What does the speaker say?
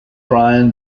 brian